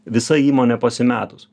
visa įmonė pasimetus